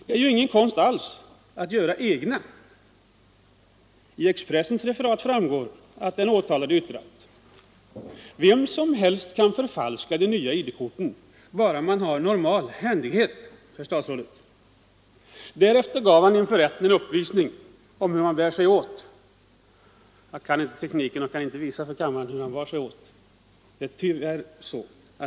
Det är ju ingen konst alls att göra egna.” Av Expressens referat framgår att den åtalade yttrat: ”Vem som helst kan förfalska de nya ID-korten. Det krävs bara normal händighet.” Därefter gav han inför rätten en uppvisning i hur man bär sig åt — en lektion som försiktigtvis endast domaren och nämndemännen fick ta del av.